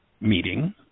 meeting